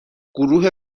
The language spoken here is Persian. گروه